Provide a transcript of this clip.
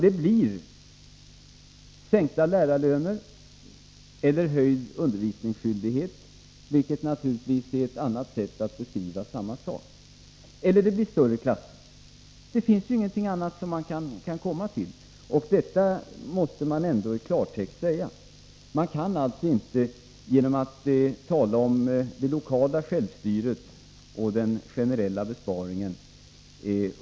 Det blir i så fall fråga om sänkta lärarlöner, höjd undervisningsskyldighet — vilket naturligtvis är ett annat sätt att beskriva samma sak — eller större klasser. Det finns ingenting annat att välja på. Detta måste man ändå i klartext säga. Man kan alltså inte komma undan detta faktum genom att tala om det lokala självstyret och den generella besparingen.